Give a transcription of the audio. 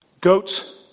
Goats